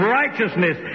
righteousness